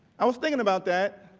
i was thinking about that.